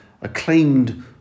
acclaimed